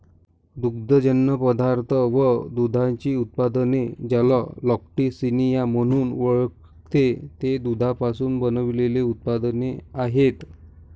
दुग्धजन्य पदार्थ व दुधाची उत्पादने, ज्याला लॅक्टिसिनिया म्हणून ओळखते, ते दुधापासून बनविलेले उत्पादने आहेत